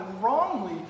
wrongly